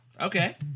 okay